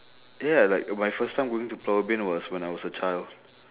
ya like my first time going to pulau ubin was when I was a child